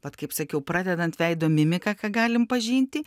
vat kaip sakiau pradedant veido mimika ką galim pažinti